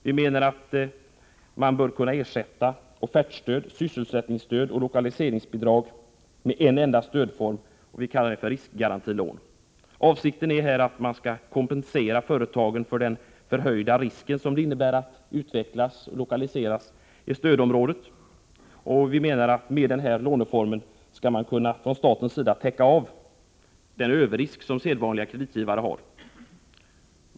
Vi menar att man bör kunna ersätta offertstöd, sysselsättningsstöd och lokaliseringsbidrag med en enda stödform som vi kallar riskgarantilån. Avsikten är att man skall kompensera företagen för den förhöjda risk det innebär att etablera sig i stödområdet. Vi menar att staten med denna låneform skall kunna, så att säga, täcka av den ”överrisk” som sedvanliga kreditgivare har.